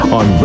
on